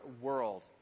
world